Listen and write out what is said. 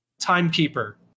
timekeeper